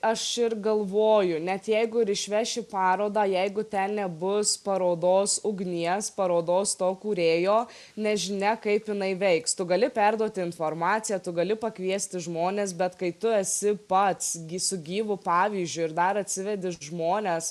aš ir galvoju net jeigu ir išveši parodą jeigu ten nebus parodos ugnies parodos to kūrėjo nežinia kaip jinai veiks tu gali perduoti informaciją tu gali pakviesti žmones bet kai tu esi pats gi su gyvu pavyzdžiu ir dar atsivedi žmones